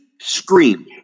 Scream